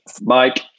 Mike